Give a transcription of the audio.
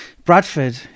Bradford